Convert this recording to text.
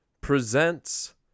presents